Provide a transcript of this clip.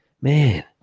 Man